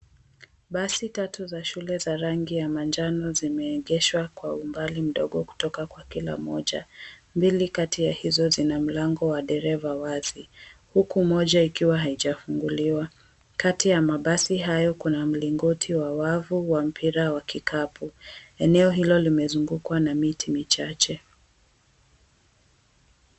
Basi tatu za shule za rangi ya manjano zimeegeshwa kwa umbali mdogo kutoka kwa kila moja. Mbili kati ya hizo zina mlango wa dereva wazi, huku moja ikiwa haijafunguliwa. Kati ya mabasi hayo kuna mlingoti wa wavu wa mpira wa kikapu. Eneo hilo limezungukwa na miti michache.